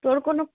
তোর কোনো